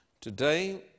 Today